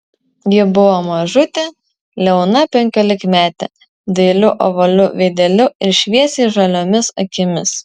ji buvo mažutė liauna penkiolikmetė dailiu ovaliu veideliu ir šviesiai žaliomis akimis